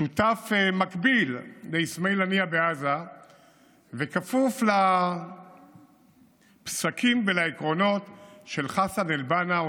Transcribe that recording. שותף מקביל לאסמאעיל הנייה בעזה וכפוף לפסקים ולעקרונות של חסן אל-בנא,